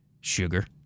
Sugar